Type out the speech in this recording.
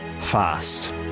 Fast